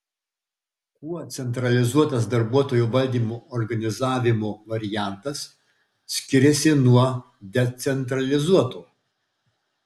kuo centralizuotas darbuotojų valdymo organizavimo variantas skiriasi nuo decentralizuoto